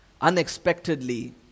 unexpectedly